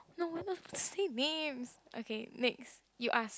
no we are not don't say names okay next you ask